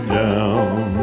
down